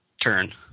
turn